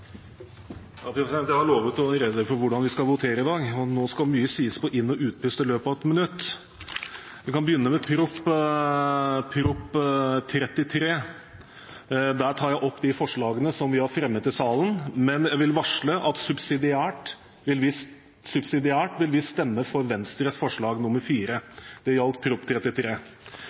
Jeg har lovet å gjøre rede for hvordan vi skal votere i dag, og nå skal mye sies på inn- og utpust i løpet av 1 minutt. Jeg kan begynne med Innst. 344 L til Prop. 33 L. Forslagene Kristelig Folkeparti er med på, er allerede tatt opp, men jeg vil varsle at subsidiært vil vi stemme for Venstres forslag nr. 4. Når det